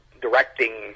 directing